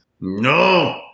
No